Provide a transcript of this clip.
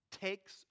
takes